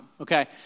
Okay